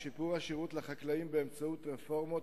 שיפור השירות לחקלאים באמצעות רפורמות